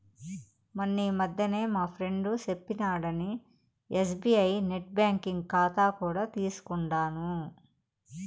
మొన్నీ మధ్యనే మా ఫ్రెండు సెప్పినాడని ఎస్బీఐ నెట్ బ్యాంకింగ్ కాతా కూడా తీసుకుండాను